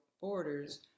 borders